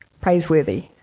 praiseworthy